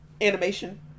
animation